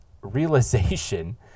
Realization